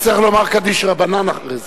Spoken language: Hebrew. יצטרך לומר קדיש דרבנן אחרי זה.